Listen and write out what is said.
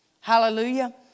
Hallelujah